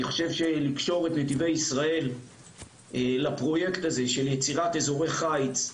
אני חושב שלקשור את נתיבי ישראל לפרויקט הזה של יצירת אזורי חיץ,